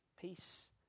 Peace